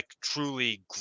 truly